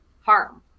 Harm